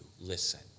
listen